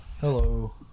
Hello